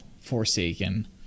Forsaken